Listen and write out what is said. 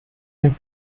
dem